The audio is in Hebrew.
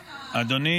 כן?